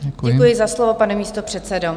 Děkuji za slovo, pane místopředsedo.